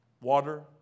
water